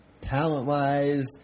talent-wise